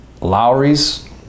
Lowry's